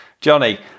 Johnny